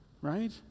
right